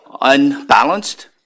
unbalanced